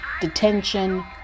Detention